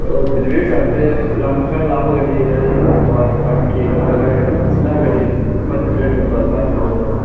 ꯑ ꯗꯤꯂꯤꯕꯔꯤ ꯆꯥꯔꯁꯁꯦ ꯂꯝ ꯈꯔ ꯂꯥꯞꯄꯒꯗꯤ ꯍꯥꯏꯕꯗꯤ ꯋꯥꯟ ꯀꯦꯒꯨꯝꯕ ꯂꯧꯋꯦ ꯍꯥꯏꯕꯗꯤ ꯈꯤꯇꯪ ꯅꯛꯑꯒꯗꯤ ꯐꯥꯏꯚ ꯍꯟꯗ꯭ꯔꯦꯠꯀꯨꯝꯕ ꯑꯗꯨꯃꯥꯏꯅ ꯂꯣꯏꯅ ꯂꯧꯋꯦ